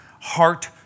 heart